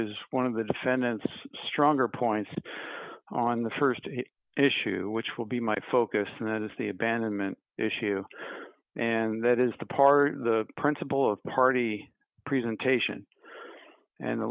is one of the defendants stronger points on the st issue which will be my focus and that is the abandonment issue and that is the part of the principle of party presentation and the